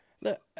Look